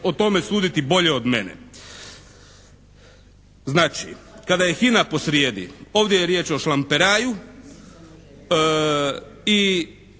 o tome suditi bolje od mene. Znači kada je HINA posrijedi ovdje je riječ o šlamperaju i